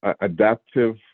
adaptive